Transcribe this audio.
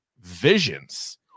Visions